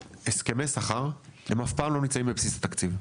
שהסכמי שכר, הם אף פעם לא נמצאים בבסיס תקציב.